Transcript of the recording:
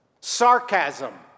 sarcasm